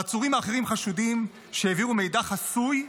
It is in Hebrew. העצורים האחרים חשודים שהעבירו מידע חסוי,